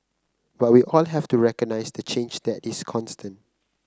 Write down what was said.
but we all have to recognise the change that is constant